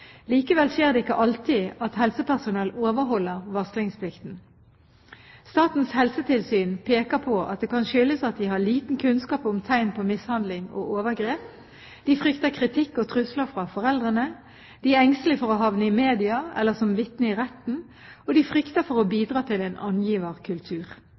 Likevel skjer det ikke alltid at helsepersonell overholder varslingsplikten. Statens helsetilsyn peker på at det kan skyldes at de har liten kunnskap om tegn på mishandling og overgrep, de frykter kritikk og trusler fra foreldrene, de er engstelige for å havne i media eller som vitne i retten, og de frykter for å